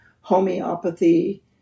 homeopathy